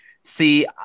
see